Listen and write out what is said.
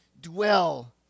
dwell